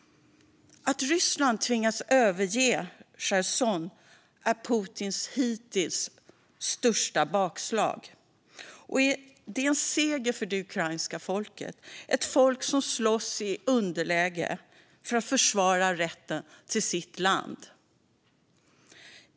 Att Ryssland tvingats överge Cherson är Putins hittills största bakslag. Det är en seger för det ukrainska folket. Det är ett folk som slåss i underläge för att försvara rätten till sitt land.